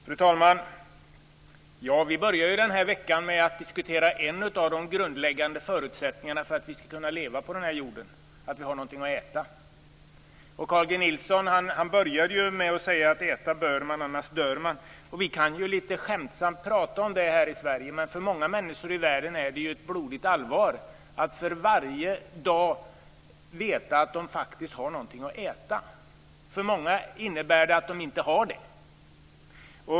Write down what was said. Fru talman! Vi börjar denna vecka med att diskutera en av de grundläggande förutsättningarna för att vi skall kunna leva på den här jorden, att vi har någonting att äta. Carl G Nilsson började ju sitt anförande med att säga att äta bör man, annars dör man. Vi kan ju litet skämtsamt tala om det här i Sverige, men för många människor i världen är det blodigt allvar att varje dag veta att de faktiskt har någonting att äta. För många innebär det att de inte har det.